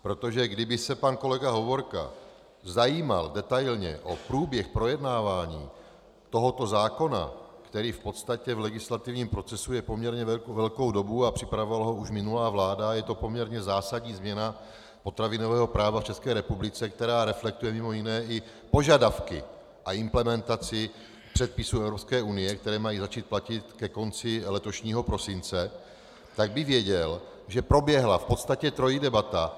Protože kdyby se pan kolega Hovorka zajímal detailně o průběh projednávání tohoto zákona, který v podstatě v legislativním procesu je poměrně dlouhou dobu a připravovala ho už minulá vláda, je to poměrně zásadní změna potravinového práva v České republice, která reflektuje mj. i požadavky a implementaci předpisů Evropské unie, které mají začít platit ke konci letošního prosince, tak by věděl, že proběhla v podstatě trojí debata.